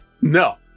No